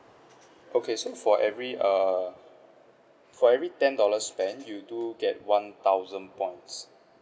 okay so for every err for every ten dollars spent you do get one thousand points